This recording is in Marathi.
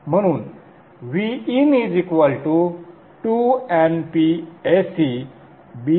म्हणून Vin2NpAc Bmfs